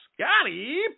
Scotty